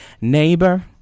neighbor